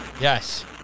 Yes